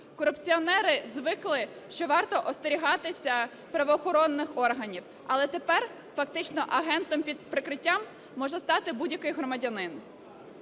Корупціонери звикли, що варто остерігатися правоохоронних органів, але тепер фактично агентом під прикриттям може стати будь-який громадянин.